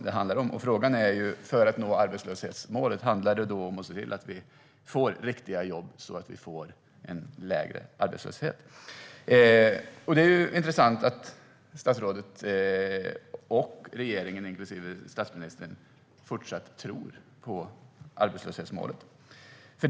Frågan är: När det gäller att nå arbetslöshetsmålet, handlar det om att se till att vi får riktiga jobb för att få en lägre arbetslöshet? Det är intressant att statsrådet och regeringen inklusive statsministern fortsatt tror på arbetslöshetsmålet.